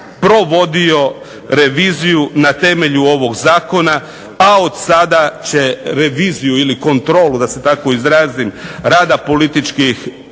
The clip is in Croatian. provodio reviziju na temelju ovog zakona, a odsada će reviziju ili kontrolu da se tako izrazim rada političkih